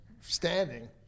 standing